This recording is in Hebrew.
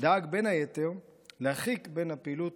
דאג, בין היתר, להרחיק בין הפעילות